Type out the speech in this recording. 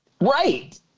Right